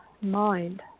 mind